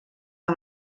amb